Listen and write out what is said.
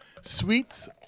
Sweets